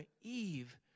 Eve